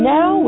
Now